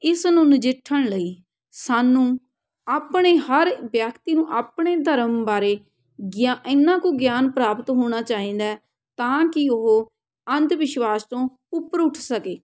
ਇਸ ਨੂੰ ਨਜਿੱਠਣ ਲਈ ਸਾਨੂੰ ਆਪਣੇ ਹਰ ਵਿਅਕਤੀ ਨੂੰ ਆਪਣੇ ਧਰਮ ਬਾਰੇ ਗਿਅ ਇੰਨਾ ਕੁ ਗਿਆਨ ਪ੍ਰਾਪਤ ਹੋਣਾ ਚਾਹੀਦਾ ਤਾਂ ਕਿ ਉਹ ਅੰਧ ਵਿਸ਼ਵਾਸ ਤੋਂ ਉੱਪਰ ਉੱਠ ਸਕੇ